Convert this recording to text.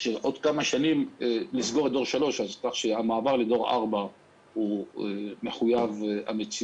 של עוד כמה שנים לסגור את דור 3 אז כך שהמעבר לדור 4 הוא מחויב המציאות.